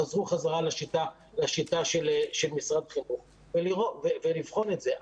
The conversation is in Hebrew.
חזרו חזרה לשיטה של משרד החינוך ולבחון את זה.